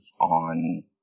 on